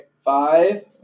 Five